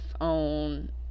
on